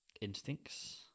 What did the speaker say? Instincts